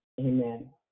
Amen